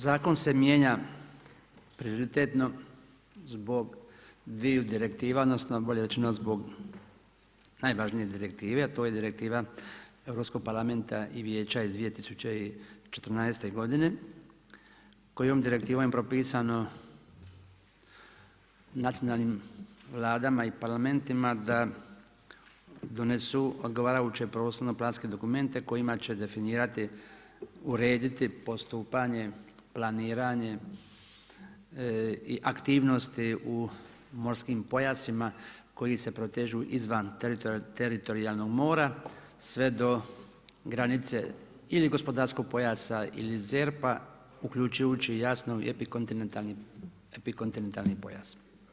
Zakon se mijenja prioritetno zbog dviju direktiva, odnosno bolje rečeno zbog najvažnije direktive, a to je direktiva Europskog parlamenta i Vijeća iz 2014. godine kojom direktivom je propisano nacionalnim vladama i parlamentima da donesu odgovarajuće prostorno-planske dokumente kojima će definirati, urediti postupanje, planiranje i aktivnosti u morskim pojasima koji se protežu izvan teritorijalnog mora sve do granice ili gospodarskog pojasa ili ZERP-a uključujući jasno i epikontinentalni pojas.